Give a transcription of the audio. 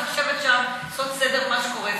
צריך לשבת שם ולעשות סדר במה שקורה.